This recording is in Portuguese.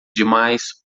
demais